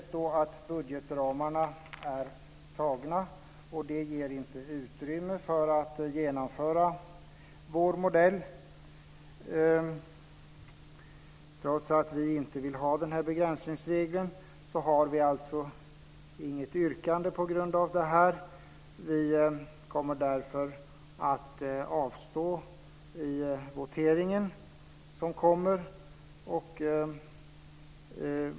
Budgetramarna är antagna, och de ger inte utrymme för att genomföra vår modell. Trots att vi inte vill ha den här begränsningsregeln har vi alltså inget yrkande på grund av det. Vi kommer därför att avstå i voteringen.